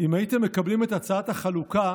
אם הייתם מקבלים את הצעת החלוקה